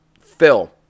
Phil